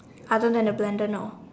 other than the blender no